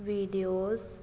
windows